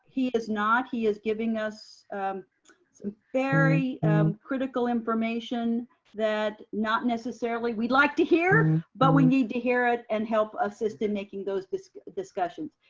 he is not. he is giving us some very critical information that not necessarily we'd like to hear, but we need to hear it and help assist in making those discussions.